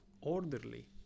orderly